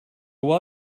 why